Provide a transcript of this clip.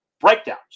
breakdowns